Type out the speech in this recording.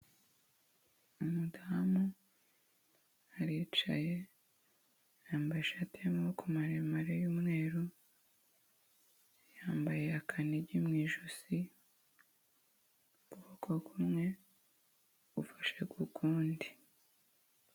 Umudamu aricaye yambaye ishati yamaboko maremare y'umweru yambaye akanigi mu ijosi ukuboko kumwe gufashe ku kundi.